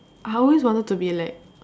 I always wanted to be like